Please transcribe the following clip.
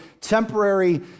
temporary